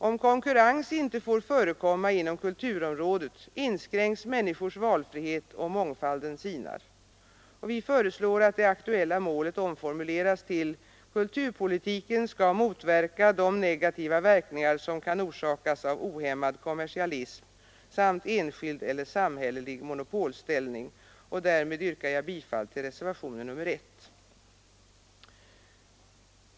Om konkurrens inte får förekomma inom kulturområdet inskränks människors valfrihet och mångfalden sinar. Vi föreslår att det aktuella målet omformuleras till: ”Kulturpolitiken skall motverka de negativa verkningar som kan orsakas av ohämmad kommersialism samt enskild eller samhällelig monopolställning”. Jag yrkar därmed bifall till Nr 88 reservationen 1.